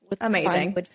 Amazing